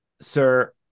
sir